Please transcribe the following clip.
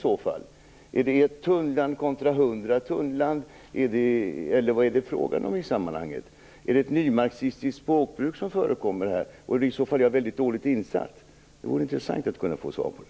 Är det ett tunnland kontra hundra tunnland, eller vad är det fråga om i sammanhanget? Är det ett nymarxistiskt språkbruk som förekommer här? I så fall är jag mycket dåligt insatt. Det vore intressant att få svar på det.